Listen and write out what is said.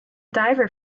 diver